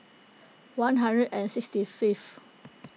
one hundred and sixty fifth